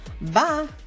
bye